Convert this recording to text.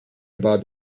about